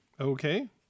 Okay